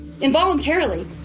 Involuntarily